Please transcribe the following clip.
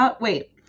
Wait